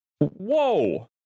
whoa